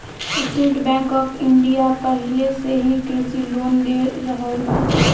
estate Bank of India पाहिले से ही कृषि लोन दे रहल बा